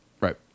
Right